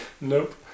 nope